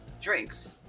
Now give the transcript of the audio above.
drinks